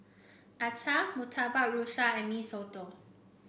acar Murtabak Rusa and Mee Soto